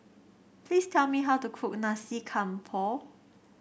please tell me how to cook Nasi Campur